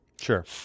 Sure